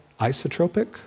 isotropic